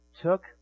took